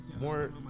more